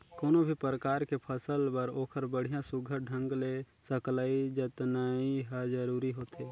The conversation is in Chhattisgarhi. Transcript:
कोनो भी परकार के फसल बर ओखर बड़िया सुग्घर ढंग ले सकलई जतनई हर जरूरी होथे